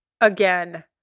again